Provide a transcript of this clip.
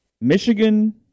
Michigan